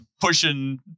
pushing